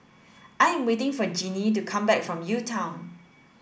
I am waiting for Jeannie to come back from UTown